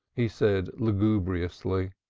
he said lugubriously.